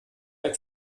der